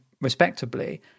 respectably